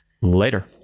Later